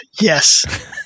Yes